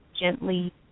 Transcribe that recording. gently